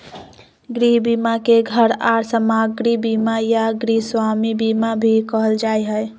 गृह बीमा के घर आर सामाग्री बीमा या गृहस्वामी बीमा भी कहल जा हय